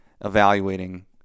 evaluating